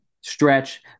stretch